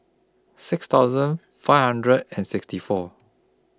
six thousand five hundred and sixty four